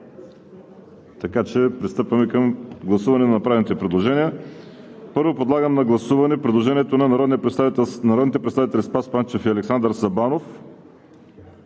цифра. Пристъпваме към гласуване на направените предложения. Първо подлагам на гласуване предложението на народните представители Спас Панчев и Александър Сабанов